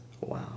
Wow